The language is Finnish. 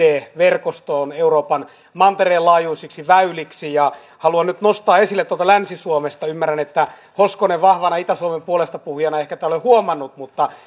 verkostoon euroopan mantereen laajuisiksi väyliksi haluan nyt nostaa esille tuolta länsi suomesta ymmärrän että hoskonen vahvana itä suomen puolestapuhujana ei ehkä tätä ole huomannut